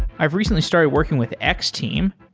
i've recently started working with x-team.